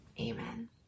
Amen